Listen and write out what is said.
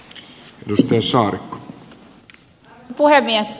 arvoisa puhemies